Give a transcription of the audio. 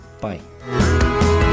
bye